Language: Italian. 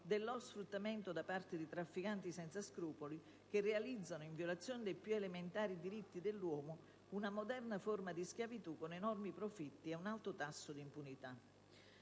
del loro sfruttamento da parte di trafficanti senza scrupoli, che realizzano, in violazione dei più elementari diritti dell'uomo, una moderna forma di schiavitù con enormi profitti ed un alto tasso di impunità.